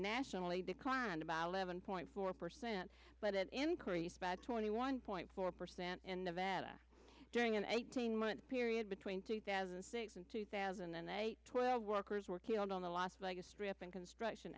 nationally declined about eleven point four percent but it increased by twenty one point four percent during an eighteen month period between two thousand and six and two thousand and eight twelve workers were killed on the las vegas strip in construction